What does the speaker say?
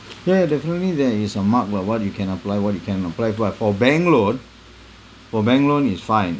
ya ya definitely there is your mark [what] what you can apply what you can't apply but for bank loan for bank loan it's fine